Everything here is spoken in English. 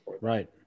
Right